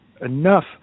enough